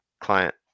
client